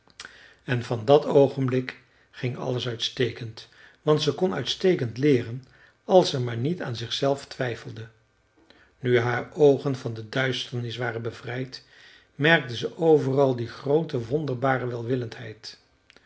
en van dat oogenblik ging alles uitstekend want ze kon uitstekend leeren als ze maar niet aan zichzelf twijfelde nu haar oogen van de duisternis waren bevrijd merkte ze overal die groote